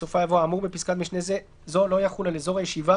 בסופה יבוא "האמור בפסקת משנה זו לא יחול על אזור הישיבה